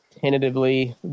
tentatively